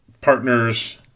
partners